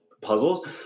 puzzles